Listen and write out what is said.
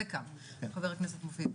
חבר הכנסת מופיד.